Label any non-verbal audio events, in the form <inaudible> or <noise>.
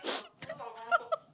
<laughs>